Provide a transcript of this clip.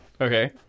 Okay